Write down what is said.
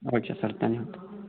okay sir ಧನ್ಯವಾದ